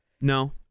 No